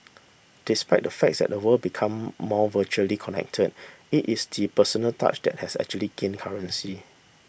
despite the fact that the world become more virtually connected it is the personal touch that has actually gained currency